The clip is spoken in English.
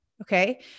Okay